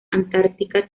antártica